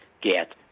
get